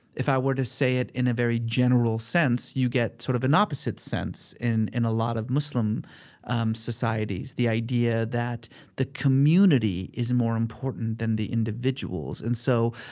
if i were to say it in a very general sense, you get sort of an opposite sense in in a lot of muslim um societies. the idea that the community is more important than the individuals. and so,